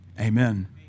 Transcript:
Amen